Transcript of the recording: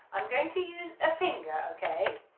i'm going to use a finger okay,